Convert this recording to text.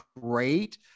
great